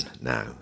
Now